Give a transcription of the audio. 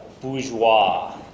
bourgeois